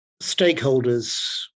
stakeholders